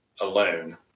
alone